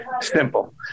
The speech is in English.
simple